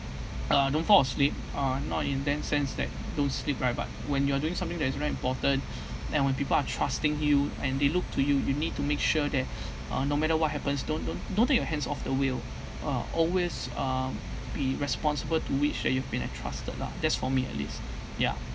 uh don't fall asleep uh not in then sense that don't sleep right but when you are doing something that is very important and when people are trusting you and they look to you you need to make sure that uh no matter what happens don't don't don't take your hands off the wheel uh always um be responsible to which that you've been entrusted lah that's for me at least ya